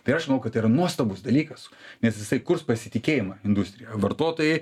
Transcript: tai aš manau kad tai yra nuostabus dalykas nes jisai kurs pasitikėjimą industrija vartotojai